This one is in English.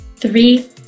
Three